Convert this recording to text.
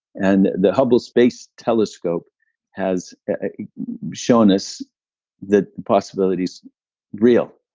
and the hubble space telescope has shown us that possibility's real.